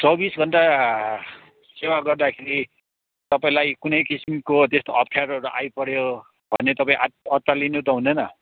चौबिस घन्टा सेवा गर्दाखेरि तपाईँलाई कुनै किसिमको त्यस्तो अप्ठ्यारोहरू आइपऱ्यो भने तपाईँ आत् अत्तालिनु त हुँदैन